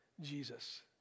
Jesus